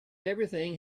everything